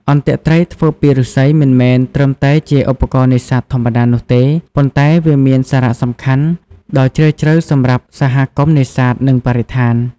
អន្ទាក់ត្រីធ្វើពីឫស្សីមិនមែនត្រឹមតែជាឧបករណ៍នេសាទធម្មតានោះទេ ប៉ុន្តែវាមានសារៈសំខាន់ដ៏ជ្រាលជ្រៅសម្រាប់សហគមន៍នេសាទ និងបរិស្ថាន។